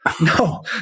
No